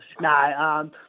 No